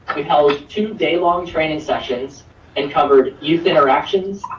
we held two day long training sessions and covered youth interactions,